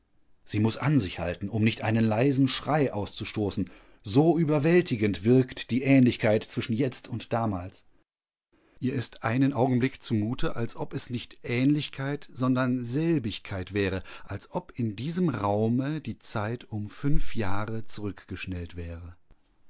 sie muß an sich halten um nicht einen leisen schrei auszustoßen so überwältigend wirkt die ähnlichkeit zwischen jetzt und damals ihr ist einen augenblick zumute als ob es nicht ähnlichkeit sondern selbigkeit wäre als ob in diesem räume die zeit um fünf jahre zurückgeschnellt wäre